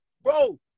Bro